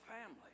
family